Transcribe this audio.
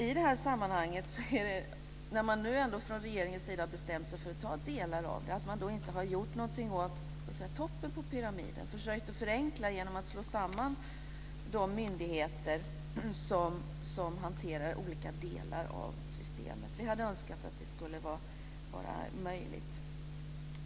I det här sammanhanget är det också synd att regeringen när man nu har bestämt sig för att besluta om delar av det inte har gjort något åt toppen på pyramiden, att man inte försökt förenkla genom att slå samman de myndigheter som hanterar olika delar av systemet. Vi hade önskat att det hade varit möjligt.